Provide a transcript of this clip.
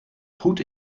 goed